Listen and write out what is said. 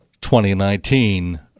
2019